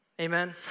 amen